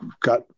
got